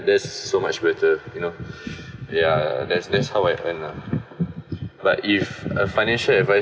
there's so much better you know ya that's that's how I earn lah but if uh financial advice